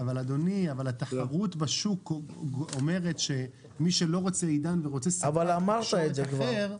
אבל התחרות בשוק אומרת שמי שלא רוצה עידן ורוצה --- כבר אמרת את זה.